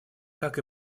как